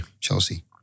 Chelsea